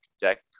deck